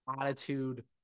attitude